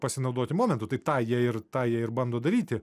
pasinaudoti momentu tai tą jie ir tą jie ir bando daryti